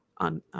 on